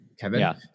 Kevin